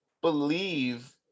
believe